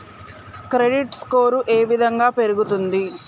Credit score ఏ విధంగా పెరుగుతుంది?